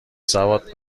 سواد